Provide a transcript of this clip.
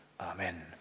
Amen